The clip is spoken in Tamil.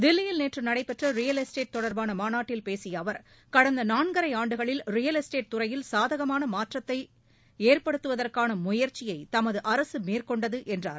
தில்லியில் நேற்று நடைபெற்ற ரியல் எஸ்ட்டேட் தொடர்பான மாநாட்டில் பேசிய அவர் கடந்த நான்கரை ஆண்டுகளில் ரியல் எஸ்ட்டேட் துறையில் சாதகமான மாற்றத்தை ஏற்படுத்துவதற்கான முயற்சியை தமது அரசு மேற்கொண்டது என்றார்